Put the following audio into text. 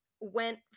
went